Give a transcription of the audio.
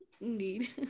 Indeed